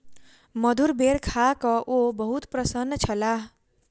मधुर बेर खा कअ ओ बहुत प्रसन्न छलाह